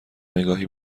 نگاهی